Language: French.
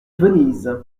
venise